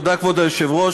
כבוד היושב-ראש,